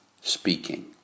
speaking